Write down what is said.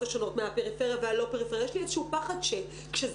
השונים פריפריה ולא פריפריה יש לי איזשהו פחד כשזה